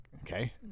okay